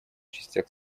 частях